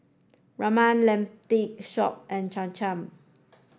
Ramen Lentil Shop and Cham Cham